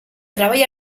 treball